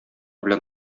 белән